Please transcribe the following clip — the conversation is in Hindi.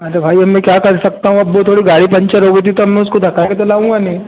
अरे भाई अब में क्या कर सकता हूँ अब वो थोड़ी गाड़ी पंचर हो गई थी तो अब में उसको धक्के तो लाऊँगा नही